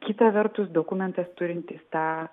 kita vertus dokumentas turintis tą